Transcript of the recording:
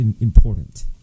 important